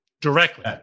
Directly